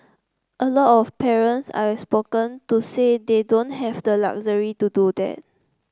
a lot of parents I've spoken to say they don't have the luxury to do that